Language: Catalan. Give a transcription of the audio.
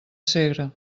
segre